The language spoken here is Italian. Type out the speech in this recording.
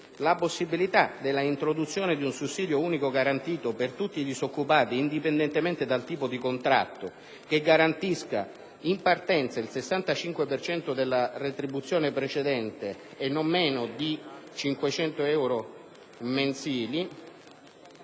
più concreto, l'introduzione di un sussidio unico garantito per tutti i disoccupati, indipendentemente dal tipo di contratto, che garantisca in partenza il 65 per cento della retribuzione precedente e non meno di 500 euro mensili,